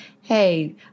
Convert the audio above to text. hey